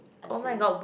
I feel